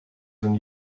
than